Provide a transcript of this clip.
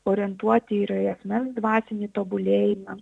orientuoti yra į asmens dvasinį tobulėjimą